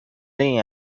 این